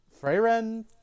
Freyren